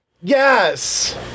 Yes